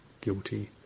Guilty